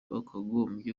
wakagombye